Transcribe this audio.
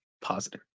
positive